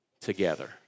together